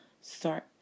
start